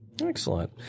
excellent